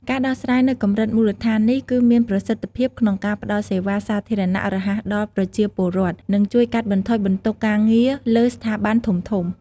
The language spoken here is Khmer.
ការដោះស្រាយនៅកម្រិតមូលដ្ឋាននេះ គឺមានប្រសិទ្ធភាពក្នុងការផ្តល់សេវាសាធារណៈរហ័សដល់ប្រជាពលរដ្ឋ និងជួយកាត់បន្ថយបន្ទុកការងារលើស្ថាប័នធំៗ។